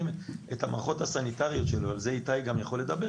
את המערכות הסניטריות שלו על זה איתי יכול לדבר